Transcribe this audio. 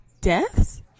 deaths